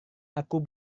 aku